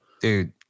dude